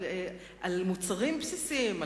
על מוצרים בסיסיים,